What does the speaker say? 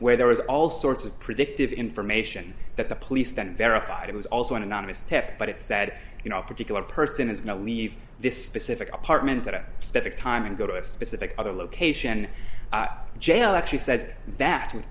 where there was all sorts of predictive information that the police that verified it was also an anonymous tip but it said you know particular person is going to leave this specific apartment at a specific time and go to a specific other location jail actually says that with